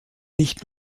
nicht